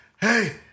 Hey